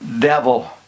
devil